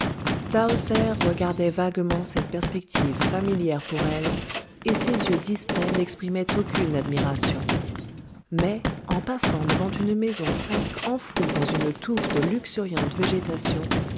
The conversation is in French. regardait vaguement cette perspective familière pour elle et ses yeux distraits n'exprimaient aucune admiration mais en passant devant une maison presque enfouie dans une touffe de luxuriante végétation